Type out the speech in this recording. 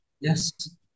yes